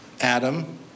Adam